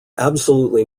absolutely